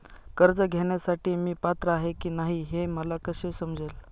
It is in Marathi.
कर्ज घेण्यासाठी मी पात्र आहे की नाही हे मला कसे समजेल?